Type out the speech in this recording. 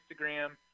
Instagram